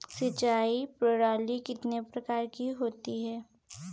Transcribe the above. सिंचाई प्रणाली कितने प्रकार की होती है?